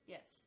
Yes